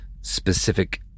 specific